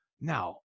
now